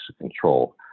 control